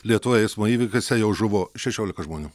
lietuvoje eismo įvykiuose jau žuvo šešiolika žmonių